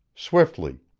swiftly,